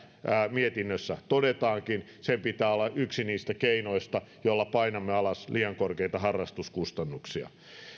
mietinnössä todetaankin sen pitää olla yksi niistä keinoista joilla painamme alas liian korkeita harrastuskustannuksia